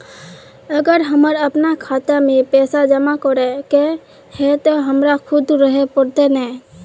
अगर हमर अपना खाता में पैसा जमा करे के है ते हमरा खुद रहे पड़ते ने?